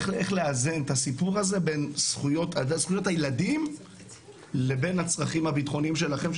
איך לאזן את הסיפור הזה בין זכויות הילדים לבין הצרכים הביטחוניים שלכם,